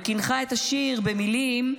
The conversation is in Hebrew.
וקינחה את השיר במילים: